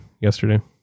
yesterday